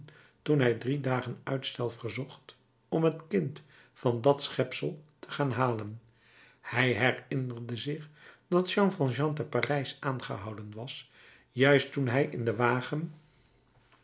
toen hij drie dagen uitstel verzocht om het kind van dat schepsel te gaan halen hij herinnerde zich dat jean valjean te parijs aangehouden was juist toen hij in den wagen